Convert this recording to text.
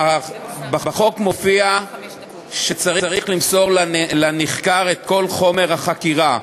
לפי החוק הקיים צריך למסור לנחקר את כל חומר החקירה.